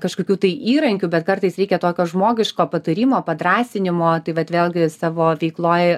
kažkokių tai įrankių bet kartais reikia tokio žmogiško patarimo padrąsinimo tai vat vėlgi savo veikloj